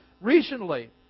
recently